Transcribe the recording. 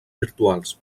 virtuals